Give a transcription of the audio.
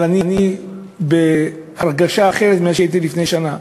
אבל אני בהרגשה אחרת ממה שהייתי בה לפני שנה.